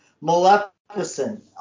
Maleficent